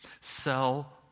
Sell